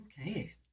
okay